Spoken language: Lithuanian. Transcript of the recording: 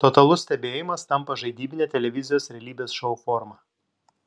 totalus stebėjimas tampa žaidybine televizijos realybės šou forma